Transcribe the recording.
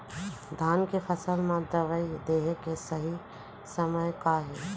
धान के फसल मा दवई देहे के सही समय का हे?